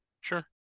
Sure